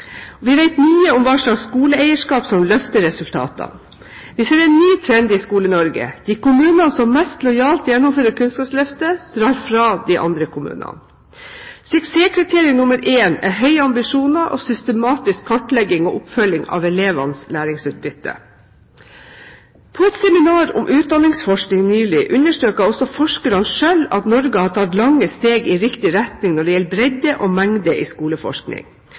Vi vet mye om hva slags skoleeierskap som løfter resultatene. Vi ser en ny trend i Skole-Norge: De kommunene som mest lojalt gjennomfører Kunnskapsløftet, drar fra de andre kommunene. Suksesskriterium nr. én er høye ambisjoner og systematisk kartlegging og oppfølging av elevenes læringsutbytte. På et seminar om utdanningsforskning nylig understreket også forskerne selv at Norge har tatt lange steg i riktig retning når det gjelder bredde og mengde i